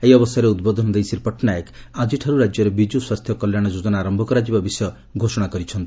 ଏହି ଅବସରରେ ଉଦ୍ବୋଧନ ଦେଇ ଶ୍ରୀ ପଟ୍ଟନାୟକ ଆଜିଠାରୁ ରାଜ୍ୟରେ ବିଜୁ ସ୍ୱାସ୍ଥ୍ୟ କଲ୍ୟାଣ ଯୋଜନା ଆରମ୍ଭ କରାଯିବା ବିଷୟ ଘୋଷଣା କରିଛନ୍ତି